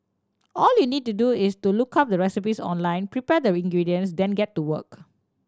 all you need to do is to look up the recipes online prepare the ingredients then get to work